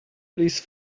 please